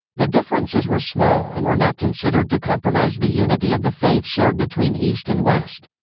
the differences were small and were not considered to compromise the unity of the faith shared between east and west.